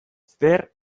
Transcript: zer